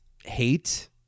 Hate